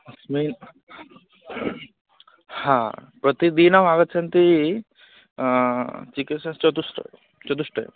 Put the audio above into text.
अस्मिन् हा प्रतिदिनमागच्छन्ति चिकित्सायाः तु स्ट चतुष्टयम्